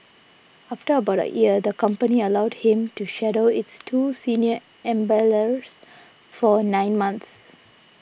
after about a year the company allowed him to shadow its two senior embalmers for nine months